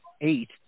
eight